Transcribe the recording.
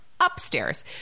upstairs